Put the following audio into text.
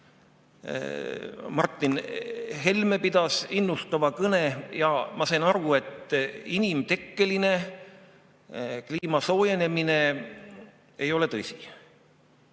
Martin Helme pidas innustava kõne ja ma sain aru, et inimtekkeline kliima soojenemine ei ole tõsi.